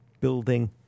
building